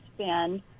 spend